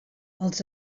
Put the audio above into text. els